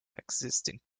existing